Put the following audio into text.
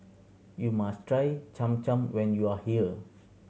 you must try Cham Cham when you are here